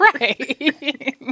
right